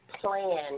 plan